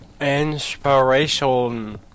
Inspiration